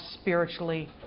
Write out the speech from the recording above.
spiritually